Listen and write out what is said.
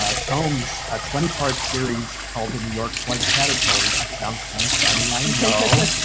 ah tomes, a twenty part series called the new york slug caterpillars, which sounds kind of funny, i know.